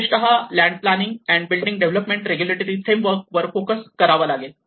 विशेषत land planning and building development regulatory framework वर focus करावा लागेल